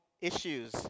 issues